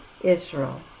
Israel